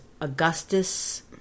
Augustus